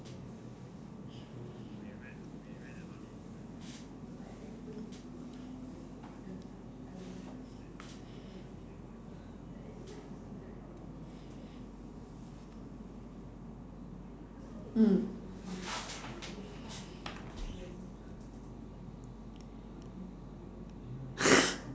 mm